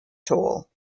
tall